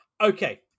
okay